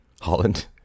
Holland